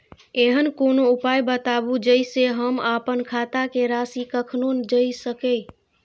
ऐहन कोनो उपाय बताबु जै से हम आपन खाता के राशी कखनो जै सकी?